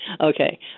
Okay